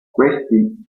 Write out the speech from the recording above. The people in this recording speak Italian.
questi